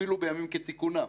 אפילו בימים כתיקונם.